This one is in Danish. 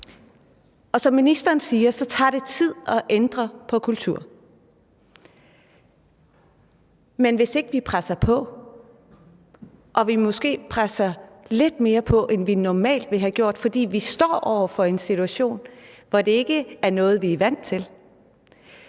og som ministeren siger, tager det tid at ændre på en kultur, men det er nødvendigt, at vi presser på, og at vi måske også presser lidt mere på, end vi normalt ville have gjort, for vi står i en situation, som vi ikke er vant til,